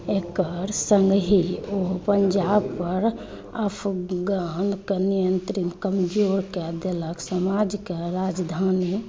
एकर सङ्गहि ओ पञ्जाबपर अफगानकऽ नियन्त्रण कमजोर कए देलक समाजके राजधानी